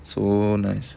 so nice